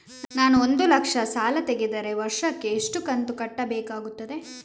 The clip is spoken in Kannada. ನಾನು ಒಂದು ಲಕ್ಷ ಸಾಲ ತೆಗೆದರೆ ವರ್ಷಕ್ಕೆ ಎಷ್ಟು ಕಂತು ಕಟ್ಟಬೇಕಾಗುತ್ತದೆ?